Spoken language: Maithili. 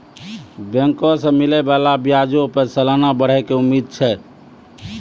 बैंको से मिलै बाला ब्याजो पे सलाना बढ़ै के उम्मीद छै